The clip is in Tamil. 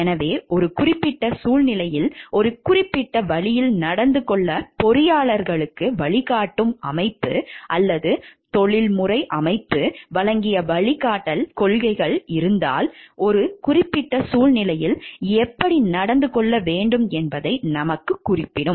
எனவே ஒரு குறிப்பிட்ட சூழ்நிலையில் ஒரு குறிப்பிட்ட வழியில் நடந்து கொள்ள பொறியாளர்களுக்கு வழிகாட்டும் அமைப்பு அல்லது தொழில்முறை அமைப்பு வழங்கிய வழிகாட்டுதல் கொள்கைகள் இருந்தால் ஒரு குறிப்பிட்ட சூழ்நிலையில் எப்படி நடந்து கொள்ள வேண்டும் என்பதை நமக்கு குறிப்பிடும்